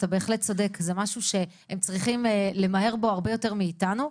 אתה בהחלט צודק זה משהו שהם צריכים למהר בו הרבה יותר מאתנו.